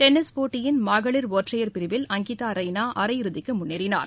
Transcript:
tennis போட்டியின் மகளிர் ஒற்றையர் பிரிவில் அங்கிதா ரெய்னா அரையிறுதிக்கு முன்னேறினார்